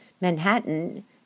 Manhattan